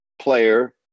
player